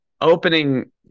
opening